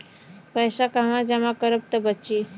पैसा कहवा जमा करब त बची?